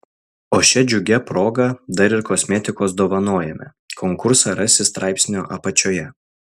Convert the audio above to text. o šia džiugia proga dar ir kosmetikos dovanojame konkursą rasi straipsnio apačioje